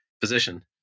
position